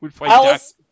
Alice